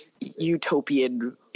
utopian